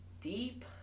deep